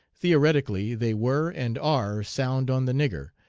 theoretically they were and are sound on the nigger,